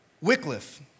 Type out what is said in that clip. Wycliffe